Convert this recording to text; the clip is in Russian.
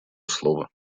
слово